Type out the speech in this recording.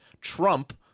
trump